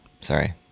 Sorry